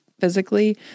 physically